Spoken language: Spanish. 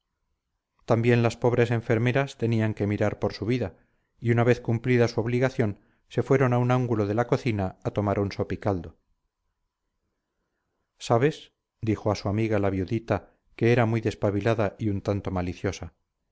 también las pobres enfermeras tenían que mirar por su vida y una vez cumplida su obligación se fueron a un ángulo de la cocina a tomar un sopicaldo sabes dijo a su amiga la viudita que era muy despabilada y un tanto maliciosa